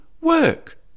work